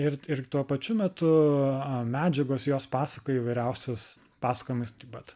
ir ir tuo pačiu metu medžiagos jos pasakoja įvairiausius pasakojimus taip pat